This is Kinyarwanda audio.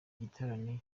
giterane